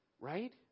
Right